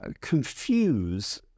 confuse